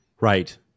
Right